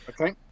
Okay